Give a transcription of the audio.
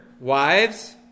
wives